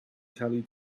telly